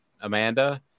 Amanda